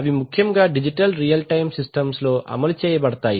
అవి ముఖ్యముగా digital real time systems లో అమలు చేయ బడతాయి